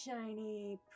shiny